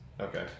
Okay